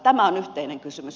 tämä on yhteinen kysymys